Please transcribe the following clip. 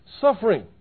suffering